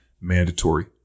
mandatory